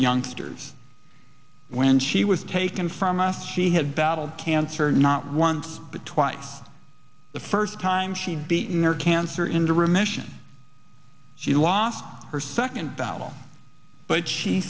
youngsters when she was taken from us she had battled cancer not once but twice the first time she'd beaten her cancer into remission she lost her second battle but she